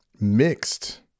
Mixed